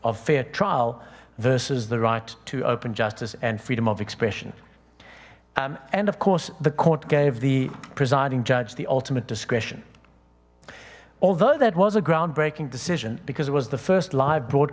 fair trial versus the right to open justice and freedom of expression and of course the court gave the presiding judge the ultimate discretion although that was a groundbreaking decision because it was the first live bro